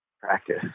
practice